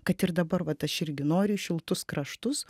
kad ir dabar vat aš irgi noriu į šiltus kraštus